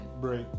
break